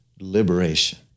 liberation